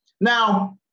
Now